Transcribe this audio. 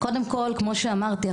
כמו שאמרתי,